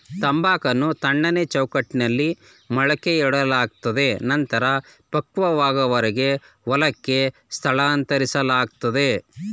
ತಂಬಾಕನ್ನು ತಣ್ಣನೆ ಚೌಕಟ್ಟಲ್ಲಿ ಮೊಳಕೆಯೊಡೆಯಲಾಗ್ತದೆ ನಂತ್ರ ಪಕ್ವವಾಗುವರೆಗೆ ಹೊಲಕ್ಕೆ ಸ್ಥಳಾಂತರಿಸ್ಲಾಗ್ತದೆ